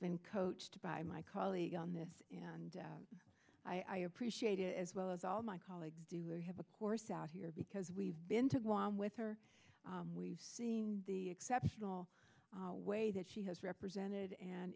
been coached by my colleague on this and i appreciate it as well as all my colleagues do we have a course out here because we've been to guam with her we've seen the exceptional way that she has represented and